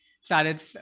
started